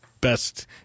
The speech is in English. best